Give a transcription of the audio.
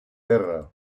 guerra